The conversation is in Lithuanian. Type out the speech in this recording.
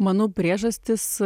manau priežastys